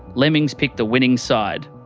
lemmings pick the winning side.